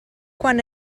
quan